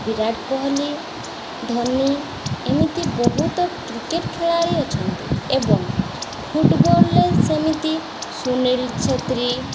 ବିରାଟ କୋହଲି ଧନୀ ଏମିତି ବହୁତ କ୍ରିକେଟ୍ ଖେଳାଳି ଅଛନ୍ତି ଏବଂ ଫୁଟ୍ବଲରେ ସେମିତି ସୁନୀଲ ଛେତ୍ରୀ